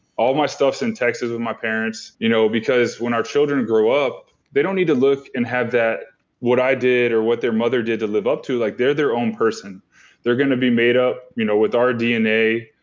all my stuff is in texas with my parents you know because when our children grow up they don't need to look and have that what i did or what their mother did to live up to, like their own person they're going to be made up you know with our d n a.